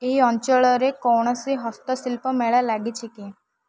ଏହି ଅଞ୍ଚଳରେ କୌଣସି ହସ୍ତଶିଳ୍ପ ମେଳା ଲାଗିଛି କି